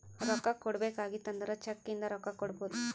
ರೊಕ್ಕಾ ಕೊಡ್ಬೇಕ ಆಗಿತ್ತು ಅಂದುರ್ ಚೆಕ್ ಇಂದ ರೊಕ್ಕಾ ಕೊಡ್ಬೋದು